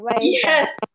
Yes